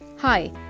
Hi